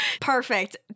Perfect